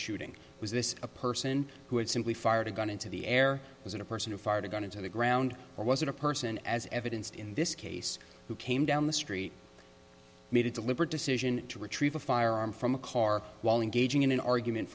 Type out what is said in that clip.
shooting was this a person who had simply fired a gun into the air was it a person who fired a gun into the ground or was it a person as evidenced in this case who came down the street made a deliberate decision to retrieve a firearm from a car while engaging in an argument